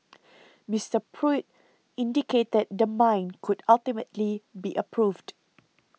Mister Pruitt indicated the mine could ultimately be approved